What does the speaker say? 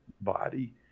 body